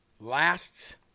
lasts